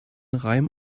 reim